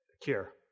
cure